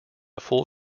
full